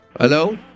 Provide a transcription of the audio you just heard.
Hello